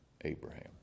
Abraham